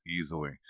easily